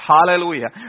Hallelujah